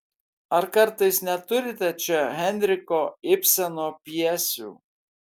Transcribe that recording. ar kartais neturite čia henriko ibseno pjesių